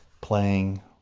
playing